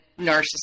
narcissist